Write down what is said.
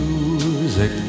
Music